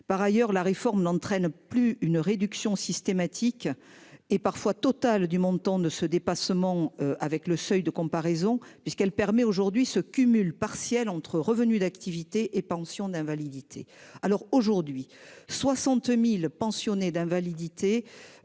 Par ailleurs, la réforme n'entraîne plus une réduction systématique et parfois total du montant de ce dépassement avec le seuil de comparaison puisqu'elle permet aujourd'hui ce cumul partiel entre revenus d'activité et pension d'invalidité alors aujourd'hui 60.000 pensionnés d'invalidité.